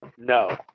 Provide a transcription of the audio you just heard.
No